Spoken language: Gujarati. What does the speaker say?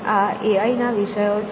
આ એઆઈ ના વિષયો છે